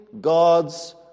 God's